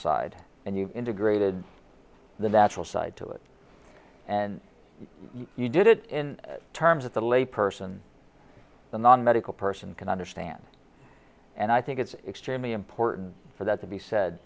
side and you integrated the natural side to it and you did it in terms of the lay person the non medical person can understand and i think it's extremely important for that to be said